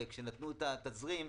וכשנתנו את התזרים,